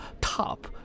top